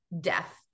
death